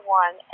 one